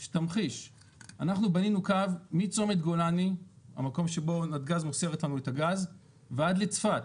אנחנו בנינו קו מצומת גולני-המקום שבו נתגז מוסרת לנו את הגז ועד לצפת,